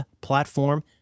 platform